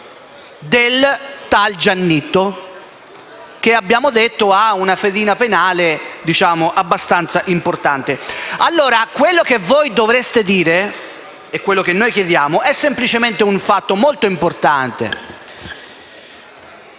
di tale Giannitto, il quale, come abbiamo detto, ha una fedina penale abbastanza importante. Quello che voi dovreste dire e quello che noi chiediamo è semplicemente un fatto molto importante.